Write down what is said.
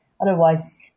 Otherwise